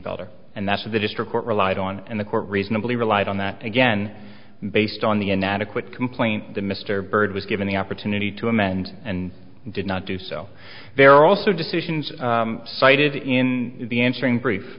filter and that's the district court relied on and the court reasonably relied on that again based on the inadequate complaint that mr byrd was given the opportunity to amend and did not do so there are also decisions cited in the entering brief